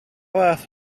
fath